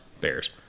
Bears